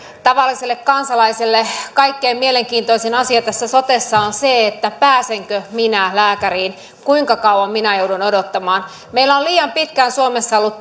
tavalliselle kansalaiselle kaikkein mielenkiintoisin asia tässä sotessa on se pääsenkö minä lääkäriin kuinka kauan minä joudun odottamaan meillä on liian pitkään suomessa ollut